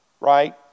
right